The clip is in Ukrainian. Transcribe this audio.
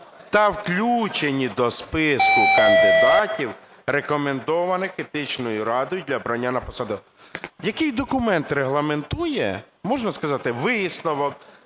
та включені до списку кандидатів, рекомендованих Етичною радою для обрання на посаду. Який документ регламентує, можна сказати? Висновок,